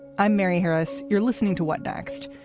i'm mary harris. you're listening to what next.